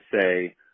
say